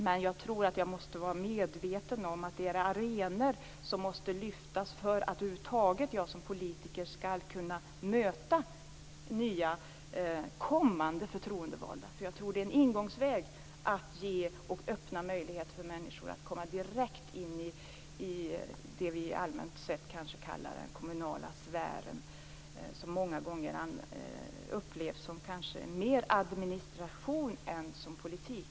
Men man måste vara medveten om att det är arenor som måste lyftas fram för att jag som politiker över huvud taget skall kunna möta nya kommande förtroendevalda. Jag tror att det är en väg att öppna för människor att komma direkt in i det vi allmänt kallar den kommunala sfären som många gånger kanske upplevs mer som administration än som politik.